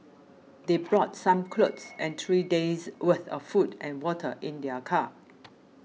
they brought some clothes and three days' worth of food and water in their car